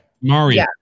Mario